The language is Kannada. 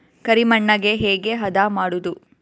ಕರಿ ಮಣ್ಣಗೆ ಹೇಗೆ ಹದಾ ಮಾಡುದು?